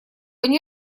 они